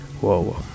Whoa